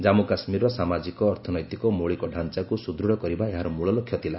ଜାନ୍ମୁ କାଶ୍ମୀରର ସାମାଜିକ ଅର୍ଥନୈତିକ ମୌଳିକ ଡ଼ାଞ୍ଚାକୁ ସୁଦୃଢ଼ କରିବା ଏହାର ମୂଳ ଲକ୍ଷ୍ୟ ଥିଲା